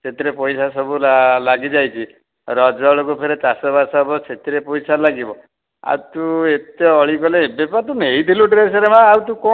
ସେଥିରେ ପଇସା ସବୁ ଲାଗିଯାଇଛି ରଜ ବେଳକୁ ଫେରେ ଚାଷବାସ ହେବ ସେଥିରେ ପଇସା ଲାଗିବ ଆଉ ତୁ ଏତେ ଅଳି କଲେ ଏବେ ବା ତୁ ନେଇଥିଲୁ ଡ୍ରେସ୍ରେ ମାଆ ଆଉ ତୁ କ'ଣ